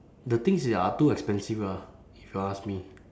the things is are too expensive ah if you ask me